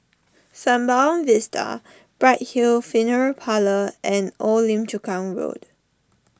Sembawang Vista Bright Hill Funeral Parlour and Old Lim Chu Kang Road